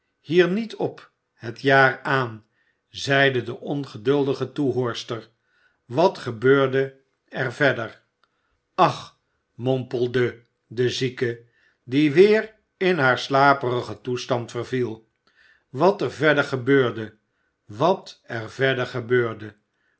hier niet op het jaar aan zeide de ongeduldige toehoorster wat gebeurde er verder ach mompelde de zieke die weer in haar slaperigen toestand verviel wat er verder gebeurde wat er verder gebeurde